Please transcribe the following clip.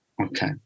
Okay